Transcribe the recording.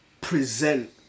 present